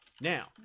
Now